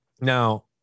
now